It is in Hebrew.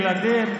ילדים,